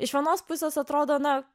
iš vienos pusės atrodo na